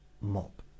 mop